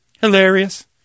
Hilarious